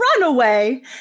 Runaway